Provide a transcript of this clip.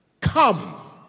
come